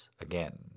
again